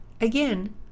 Again